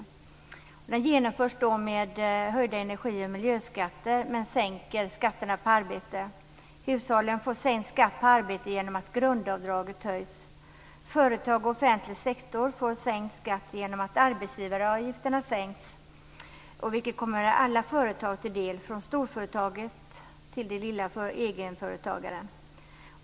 Skatteväxlingen genomförs med höjda energi och miljöskatter, men skatten på arbete sänks. Hushållen får sänkt skatt på arbete genom att grundavdraget höjs. Företag och offentlig sektor får sänkt skatt genom att arbetsgivaravgifterna sänks, vilket kommer alla företag till del från storföretaget till den lilla egenföretagaren.